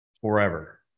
forever